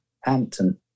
Hampton